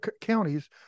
counties